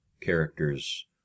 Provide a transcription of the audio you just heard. characters